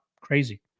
Crazy